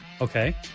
Okay